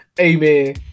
Amen